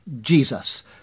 Jesus